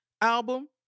album